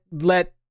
let